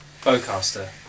Bowcaster